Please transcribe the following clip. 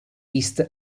east